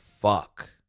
Fuck